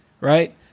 right